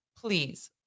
please